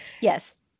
Yes